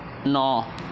ন